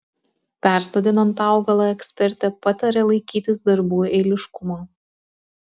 persodinant augalą ekspertė pataria laikytis darbų eiliškumo